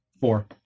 Four